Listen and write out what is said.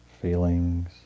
feelings